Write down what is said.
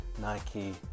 Nike